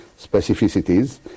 specificities